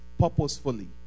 purposefully